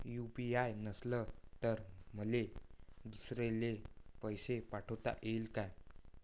UPI नसल तर मले दुसऱ्याले पैसे पाठोता येईन का?